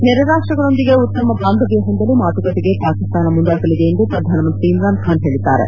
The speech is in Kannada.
ನೆರೆ ರಾಷ್ಟ್ರಗಳೊಂದಿಗೆ ಉತ್ತಮ ಬಾಂಧವ್ಯವನ್ನು ಹೊಂದಲು ಮಾತುಕತೆಗೆ ಪಾಕಿಸ್ತಾನ ಮುಂದಾಗಲಿದೆ ಎಂದು ಪ್ರಧಾನಮಂತ್ರಿ ಇಮ್ರಾನ್ ಖಾನ್ ಹೇಳಿದ್ದಾರೆ